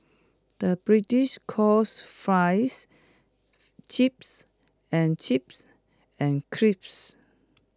the British calls Fries Chips and chips and crisps